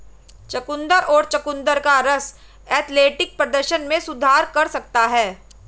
चुकंदर और चुकंदर का रस एथलेटिक प्रदर्शन में सुधार कर सकता है